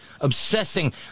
obsessing